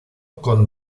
con